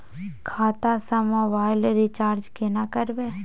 खाता स mobile recharge केना करबे?